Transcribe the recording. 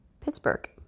Pittsburgh